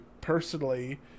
personally